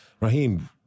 Raheem